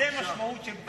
זאת המשמעות של מדינת לאום.